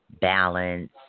balance